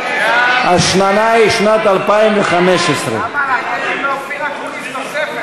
השנה היא שנת 2015. ההסתייגויות לסעיף 04,